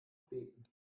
beten